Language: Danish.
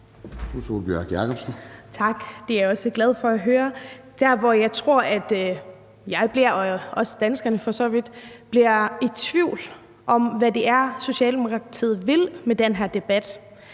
Tak. Det er jeg også glad for at høre. Der, hvor jeg tror, at jeg og for så vidt også danskerne bliver i tvivl om, hvad det er, Socialdemokratiet vil med den her debat,